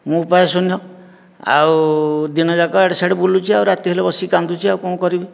ମୁଁ ଉପାୟଶୂନ୍ୟ ଆଉ ଦିନଯାକ ଇଆଡ଼େ ସିଆଡ଼େ ବୁଲୁଛି ଆଉ ଆଉ ରାତି ହେଲେ ବସିକି କାନ୍ଦୁଛି ଆଉ କ'ଣ କରିବି